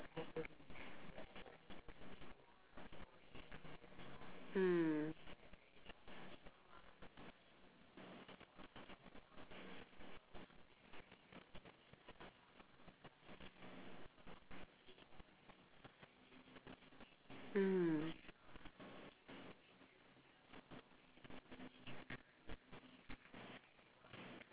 mm